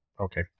Okay